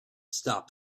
stop